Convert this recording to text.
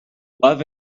love